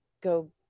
go